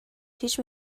teach